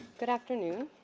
good afternoon.